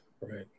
Right